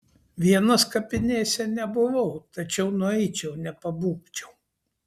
vienas kapinėse nebuvau tačiau nueičiau nepabūgčiau